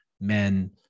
Men